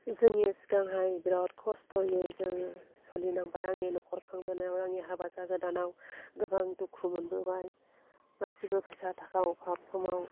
जोंनि सिगांहाय बिराथ खस्थ'यै जोङो सोलिनांबाय आंनि नखर खांबोनायाव आंनि हाबा जागोदानाव गोबां दुखु मोनबोबाय गासिबो फैसा थाखा अबाब समाव